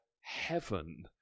heaven